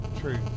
True